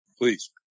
Please